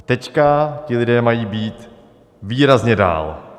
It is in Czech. Teďka ti lidé mají být výrazně dál.